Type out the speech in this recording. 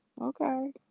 okay